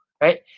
right